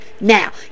now